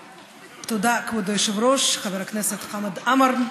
תודה, כבוד היושב-ראש, חבר הכנסת חמד עמאר.